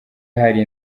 hari